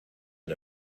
and